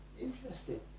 Interesting